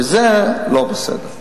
וזה לא בסדר.